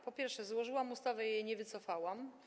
Po pierwsze, złożyłam ustawę i jej nie wycofałam.